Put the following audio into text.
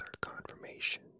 confirmation